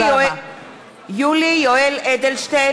(קוראת בשמות חברי הכנסת) יולי יואל אדלשטיין,